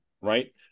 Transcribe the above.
right